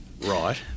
Right